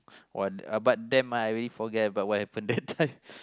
one uh but them I already forget about what happen that time